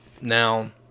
now